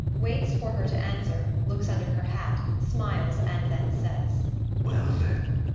waits for her to answer, looks under her hat, smiles, and then says well then,